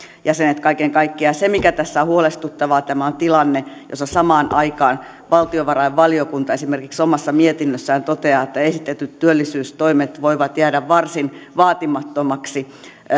jäsenet kaiken kaikkiaan se mikä tässä on huolestuttavaa on tämä tilanne jossa samaan aikaan valtiovarainvaliokunta omassa mietinnössään toteaa että esitetyt työllisyystoimet voivat jäädä varsin vaatimattomiksi